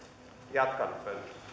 jatkan pöntöstä